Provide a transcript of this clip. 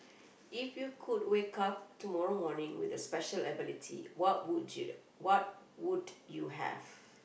if you could wake up tomorrow morning with a special ability what would you what would you have